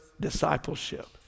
discipleship